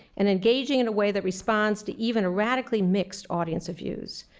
and engaging in a way that responds to even a radically mixed audience of views.